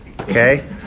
Okay